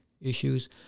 issues